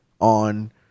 on